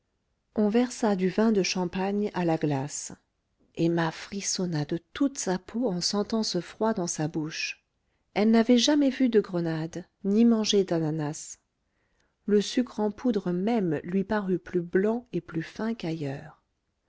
on versa du vin de champagne à la glace emma frissonna de toute sa peau en sentant ce froid dans sa bouche elle n'avait jamais vu de grenades ni mangé d'ananas le sucre en poudre même lui parut plus blanc et plus fin qu'ailleurs